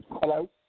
Hello